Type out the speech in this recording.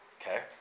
Okay